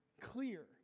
clear